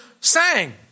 sang